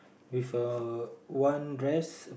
with a one dress